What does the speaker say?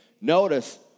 Notice